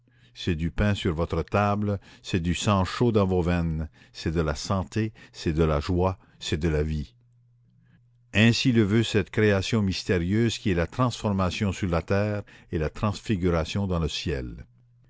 c'est du pain sur votre table c'est du sang chaud dans vos veines c'est de la santé c'est de la joie c'est de la vie ainsi le veut cette création mystérieuse qui est la transformation sur la terre et la transfiguration dans le ciel